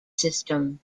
system